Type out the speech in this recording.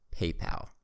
PayPal